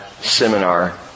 seminar